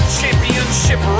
Championship